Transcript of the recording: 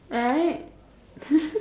right